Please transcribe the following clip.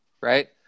right